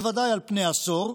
בוודאי על פני עשור,